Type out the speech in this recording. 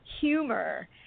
humor